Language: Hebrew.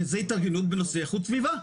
כי זאת התארגנות בנושא איכות סביבה.